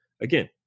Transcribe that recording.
again